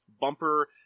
bumper